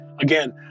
again